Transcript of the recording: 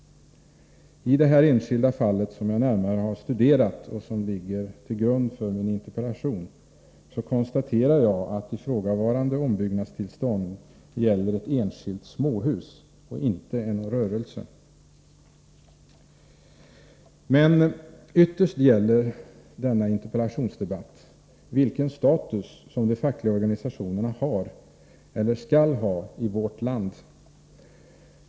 I det enskilda fall som jag här närmare har studerat och som ligger till grund för min interpellation gäller ombyggnadstillståndet ett enskilt småhus —inte en rörelse. Men ytterst gäller denna interpellationsdebatt vilken status som de fackliga organisationerna har eller skall ha i vårt land.